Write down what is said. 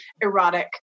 erotic